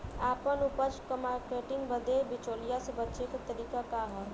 आपन उपज क मार्केटिंग बदे बिचौलियों से बचे क तरीका का ह?